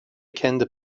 kendi